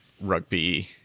Rugby